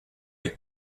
est